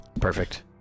Perfect